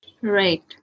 Right